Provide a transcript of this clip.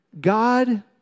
God